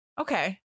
Okay